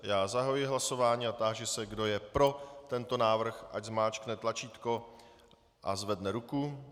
Já zahajuji hlasování a táži se, kdo je pro tento návrh, ať zmáčkne tlačítko a zvedne ruku.